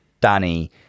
Danny